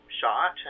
shot